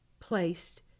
placed